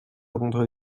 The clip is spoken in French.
rendre